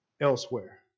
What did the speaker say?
elsewhere